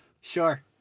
sure